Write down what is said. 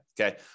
okay